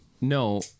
no